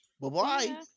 Bye-bye